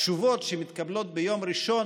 מספר התשובות שמתקבלות ביום ראשון